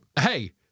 Hey